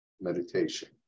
meditation